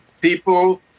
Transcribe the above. people